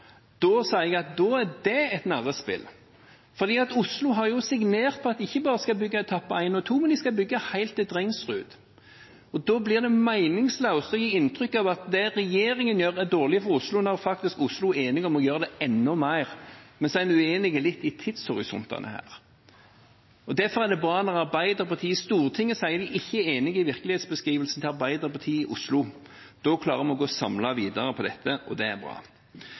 Da sier jeg at det er et narrespill, fordi Oslo har signert på at de ikke bare skal bygge etappene 1 og 2, men bygge helt til Drengsrud. Da blir det meningsløst å gi inntrykk av at det regjeringen gjør, er dårlig for Oslo når faktisk Oslo er enig om å gjøre enda mer. Så er vi litt uenige om tidshorisontene, og derfor er det bra når Arbeiderpartiet i Stortinget sier de ikke er enig i virkelighetsbeskrivelsen til Arbeiderpartiet i Oslo. Da klarer vi å gå samlet videre om dette, og det er bra.